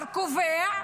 קובע,